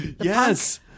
Yes